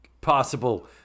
possible